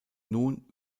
nun